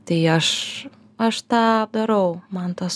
tai aš aš tą darau man tas